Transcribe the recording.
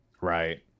right